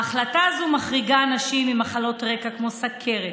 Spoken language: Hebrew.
ההחלטה הזאת מחריגה נשים עם מחלות רקע כמו סוכרת,